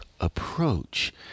approach